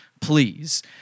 Please